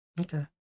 Okay